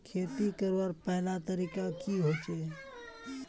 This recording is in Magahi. खेती करवार पहला तरीका की होचए?